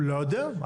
לא יודע.